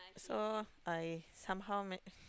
so I somehow man~